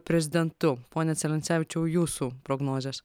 prezidentu pone celencevičiau jūsų prognozės